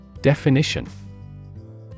Definition